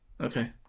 Okay